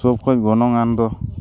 ᱥᱚᱵ ᱠᱷᱚᱡ ᱜᱚᱱᱚᱝ ᱟᱱ ᱫᱚ